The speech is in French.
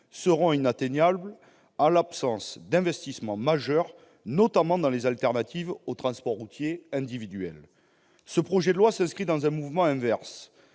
seront inatteignables en l'absence d'investissements majeurs, notamment dans les alternatives aux transports routiers individuels. Le présent projet de loi s'inscrit dans un mouvement inverse,